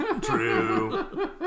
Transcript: true